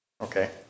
Okay